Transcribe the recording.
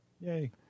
yay